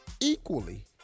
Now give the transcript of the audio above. equally